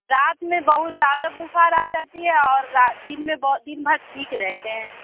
رات میں بہت زیادہ بُخار آ جاتی ہے اور دِن میں دِن بھر ٹھیک رہتے ہیں